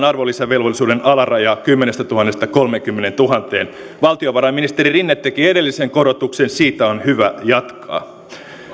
arvonlisävelvollisuuden alarajaa kymmenestätuhannesta kolmeenkymmeneentuhanteen valtiovarainministeri rinne teki edellisen korotuksen siitä on hyvä jatkaa